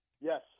Yes